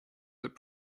that